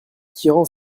tirant